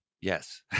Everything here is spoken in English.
Yes